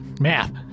Math